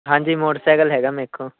ਹਾਂਜੀ ਮੋਟਰਸਾਈਕਲ ਹੈਗਾ ਮੇਰੇ ਕੋਲ